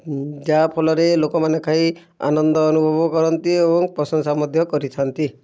ଯାହାଫଲରେ ଲୋକମାନେ ଖାଇ ଆନନ୍ଦ ଅନୁଭବ କରନ୍ତି ଏବଂ ପ୍ରଶଂସା ମଧ୍ୟ କରିଥାନ୍ତି